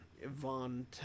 Yvonne